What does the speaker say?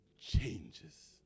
changes